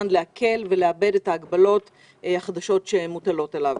לעכל ולעבד את ההגבלות החדשות שמוטלות עליו.